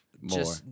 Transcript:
More